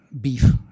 Beef